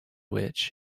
which